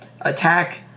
attack